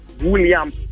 William